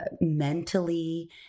mentally